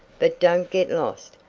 but don't get lost.